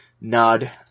nod